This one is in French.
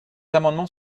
amendements